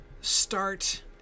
start